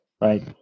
Right